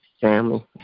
family